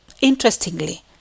Interestingly